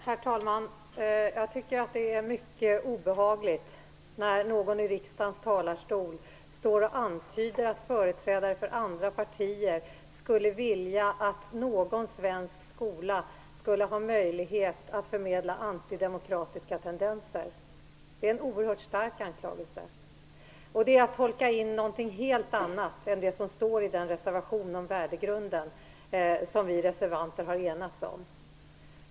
Herr talman! Det är mycket obehagligt när någon i riksdagens talarstol står och antyder att företrädare för andra partier skulle vilja att någon svensk skola skulle ha möjlighet att förmedla antidemokratiska tendenser. Det är en oerhört stark anklagelse. Det är att tolka in något helt annat än det som står i den reservation om värdegrunden som vi reservanter har enats om.